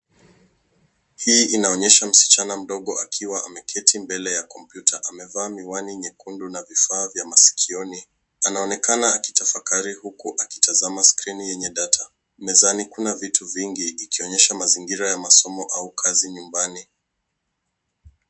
Hii inaonyesha mschana mdogo akiwa ameketi mbele ya kompyuta. Amevaa miwani nyekundu na vifaa vya masikioni. Anaonekana akitafakari huku akitazama skrini yenye data. Mezani kuna vitu vingi vikionyesha mazingira ya masomo au kazi nyumbani.